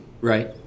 Right